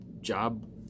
job